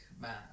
man